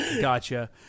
gotcha